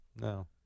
No